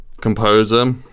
composer